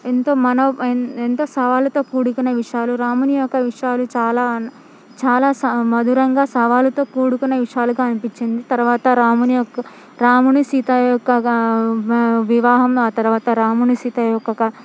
ఎంతో మనో ఎంతో సవాళ్ళతో కూడుకున్న విషయాలు రాముని యొక్క విషయాలు చాలా చాలా మధురంగా సవాళ్ళతో కూడుకున్న విషయాలుగా అనిపించింది తర్వాత రాముని యొక్క రాముని సీత యొక్క వివాహము ఆ తర్వాత రాముని సీత యొక్క